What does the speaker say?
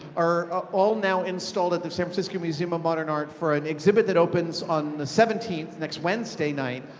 are ah all now installed at the san francisco museum of modern art for an exhibit that opens on the seventeenth, next wednesday night,